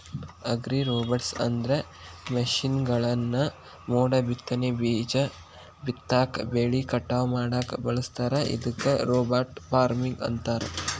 ಅಗ್ರಿರೋಬೊಟ್ಸ್ಅಂದ್ರ ಮಷೇನ್ಗಳನ್ನ ಮೋಡಬಿತ್ತನೆ, ಬೇಜ ಬಿತ್ತಾಕ, ಬೆಳಿ ಕಟಾವ್ ಮಾಡಾಕ ಬಳಸ್ತಾರ ಇದಕ್ಕ ರೋಬೋಟ್ ಫಾರ್ಮಿಂಗ್ ಅಂತಾರ